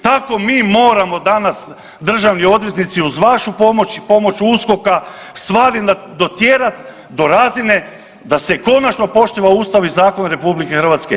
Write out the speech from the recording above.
Tako mi moramo danas državni odvjetnici uz vašu pomoć i pomoć USKOK-a stvari dotjerat do razine da se konačno poštiva ustav i zakon RH.